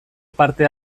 parte